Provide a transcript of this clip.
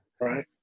right